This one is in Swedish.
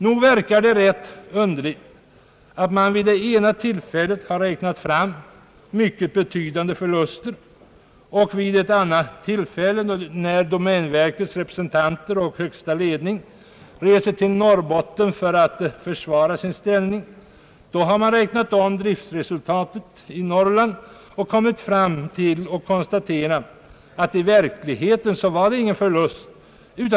Nog verkar det ganska underligt att man vid ett tillfälle har räknat fram mycket betydande förluster och vid ett annat tillfälle, när domänverkets representanter och högsta ledning reser till Norrbotten för att försvara verkets ställning, har räknat om driftresultatet i Norrland och kommit fram till att det i verkligheten inte var någon förlust.